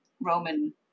Roman